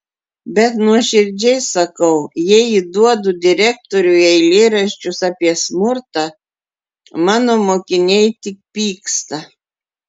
bet nuoširdžiai sakau jei įduodu direktoriui eilėraščius apie smurtą mano mokiniai tik pyksta